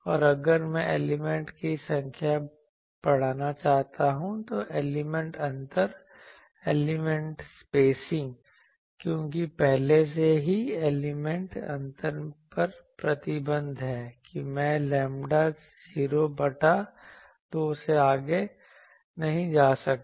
और अगर मैं एलिमेंट की संख्या बढ़ाना चाहता हूं तो एलिमेंट अंतर क्योंकि पहले से ही एलिमेंट अंतर पर प्रतिबंध है कि मैं लैम्ब्डा 0 बटा 2 से आगे नहीं जा सकता